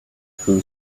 who